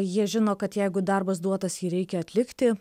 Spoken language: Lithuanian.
jie žino kad jeigu darbas duotas jį reikia atlikti